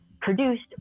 produced